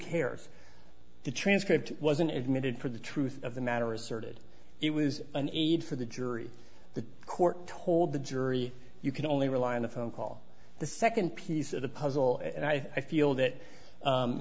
cares the transcript wasn't admitted for the truth of the matter asserted it was an aid for the jury the court told the jury you can only rely on a phone call the second piece of the puzzle and i feel that